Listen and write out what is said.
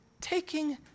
taking